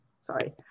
Sorry